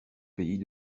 pays